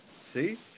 See